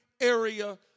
area